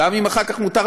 השפה שלה היא אנגלית,